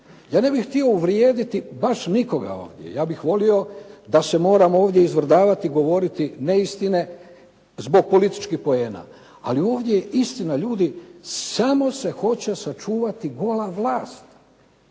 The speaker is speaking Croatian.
Ja ne bih htio uvrijediti baš nikoga ovdje, ja bih volio da se moramo ovdje izvrdavati i govoriti neistine zbog političkih poena ali ovdje je istina ljudi samo se hoće sačuvati gola vlast.